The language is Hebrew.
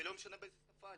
ולא משנה איזו שפה,